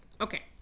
okay